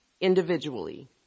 individually